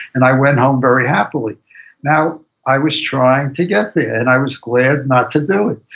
and i went home very happily now i was trying to get there, and i was glad not to do it.